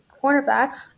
cornerback